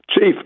chief